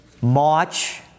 March